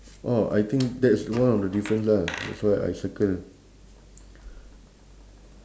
oh I think that's one of the difference ah that's why I circle